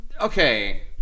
okay